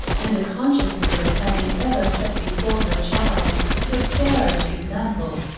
and a consciousness of having ever set before her child the fairest example,